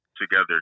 together